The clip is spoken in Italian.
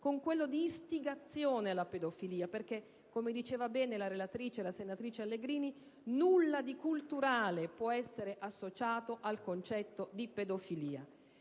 con quello di istigazione alla pedofilia, perché, come bene diceva la relatrice, senatrice Allegrini, nulla di culturale può essere associato al concetto di pedofilia.